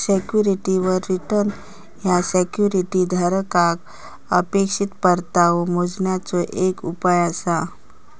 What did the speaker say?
सिक्युरिटीवर रिटर्न ह्या सिक्युरिटी धारकाक अपेक्षित परतावो मोजण्याचे एक उपाय आसा